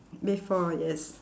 before yes